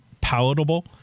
palatable